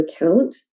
account